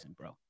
bro